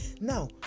Now